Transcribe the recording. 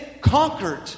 conquered